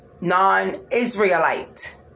non-Israelite